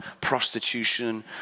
Prostitution